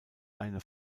eine